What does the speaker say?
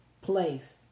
place